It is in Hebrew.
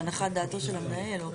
להנחת דעתו של המנהל.